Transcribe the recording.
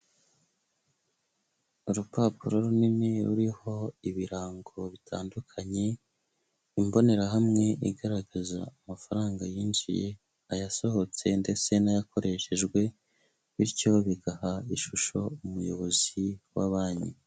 Urupapuro runini ruriho ibirango bitandukanye, imbonerahamwe igaragaza amafaranga yinjiye, ayasohotse ndetse n'ayakoreshejwe, bityo bigaha ishusho umuyobozi wa banki.